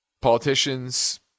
politicians